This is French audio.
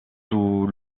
sous